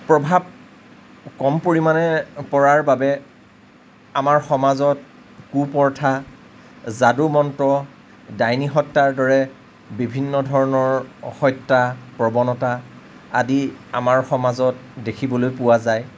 প্ৰভাৱ কম পৰিমাণে পৰাৰ বাবে আমাৰ সমাজত কু প্ৰথা যাদু মন্ত্ৰ ডাইনী হত্যাৰ দৰে বিভিন্ন ধৰণৰ হত্যা প্ৰৱণতা আদি আমাৰ সমাজত দেখিবলৈ পোৱা যায়